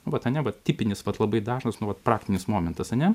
vat ane va tipinis mat labai dažnas nu vat praktinis momentas ane